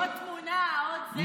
לעשות עוד תמונה, עוד זה.